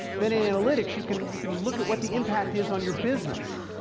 then in analytics, you can you can look at what the impact is on your business.